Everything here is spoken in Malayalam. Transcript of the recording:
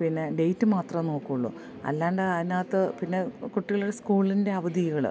പിന്നെ ഡേറ്റ് മാത്രം നോക്കുള്ളു അല്ലാണ്ട് അതിനകത്ത് പിന്നെ കുട്ടികളുടെ സ്കൂളിൻ്റെ അവധികൾ